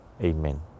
Amen